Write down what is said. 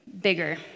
bigger